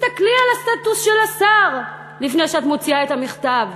תסתכלי על הסטטוס של השר לפני שאת מוציאה את המכתב,